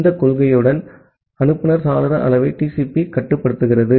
இந்த கொள்கையுடன் அனுப்புநர் சாளர அளவை TCP கட்டுப்படுத்துகிறது